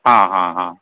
हां हां हां